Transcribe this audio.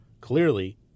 Clearly